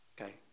Okay